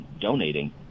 donating